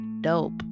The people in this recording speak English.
dope